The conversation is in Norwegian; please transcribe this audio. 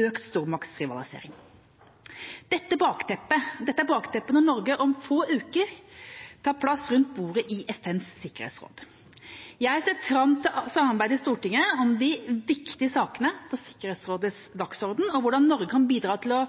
økt stormaktsrivalisering. Dette er bakteppet når Norge om få uker tar plass rundt bordet i FNs sikkerhetsråd. Jeg ser fram til samarbeid i Stortinget om de viktige sakene på Sikkerhetsrådets dagsorden, og hvordan Norge kan bidra til å